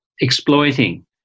exploiting